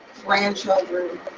grandchildren